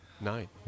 Nine